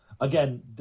again